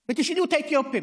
ותשאלו את האתיופים.